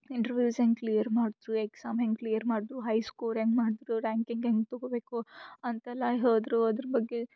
intervals ಹೆಂಗೆ clear ಮಾಡಿದ್ರು exam ಹೆಂಗೆ ಕ್ಲಿಯರ್ ಮಾಡಿದ್ರು ಹೈ ಸ್ಕೋರ್ ಹೆಂಗೆ ಮಾಡಿದ್ರು ರ್ಯಾಂಕಿಂಗ್ ಹೆಂಗೆ ತಗೋಬೇಕು ಅಂತೆಲ್ಲ ಹೇಳಿದ್ರು ಅದ್ರ ಬಗ್ಗೆ